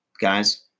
guys